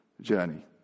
journey